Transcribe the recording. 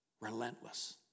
Relentless